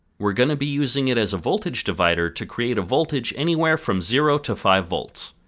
we are going to be using it as a voltage divider to create a voltage anywhere from zero to five volts.